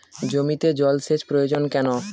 জমিতে জল সেচ প্রয়োজন কেন?